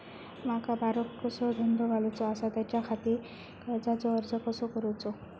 माका बारकोसो धंदो घालुचो आसा त्याच्याखाती कर्जाचो अर्ज कसो करूचो?